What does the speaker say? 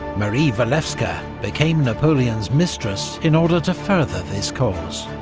marie walewska became napoleon's mistress in order to further this cause.